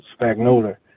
Spagnola